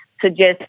suggest